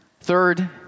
Third